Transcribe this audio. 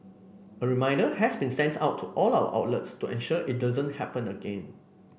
a reminder has been sent out to all our outlets to ensure it doesn't happen again